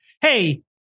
Hey